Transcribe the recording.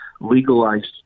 legalized